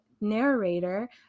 narrator